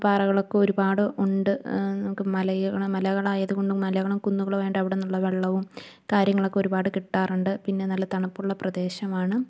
പാറകളൊക്കൊരുപാട് ഉണ്ട് നമുക്ക് മലയോണം മലകളായത് കൊണ്ടും മലകളും കുന്നുകളും ഉണ്ട് അവിടെന്നുള്ള വെള്ളവും കാര്യങ്ങളൊക്കൊരുപാട് കിട്ടാറുണ്ട് പിന്നെ നല്ല തണുപ്പുള്ള പ്രദേശമാണ്